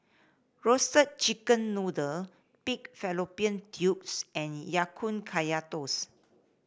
Roasted Chicken Noodle Pig Fallopian Tubes and Ya Kun Kaya Toast